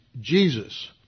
Jesus